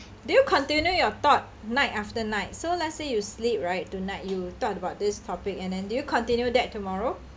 do you continue your thought night after night so let's say you sleep right tonight you thought about this topic and then do you continue that tomorrow